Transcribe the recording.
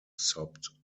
sobbed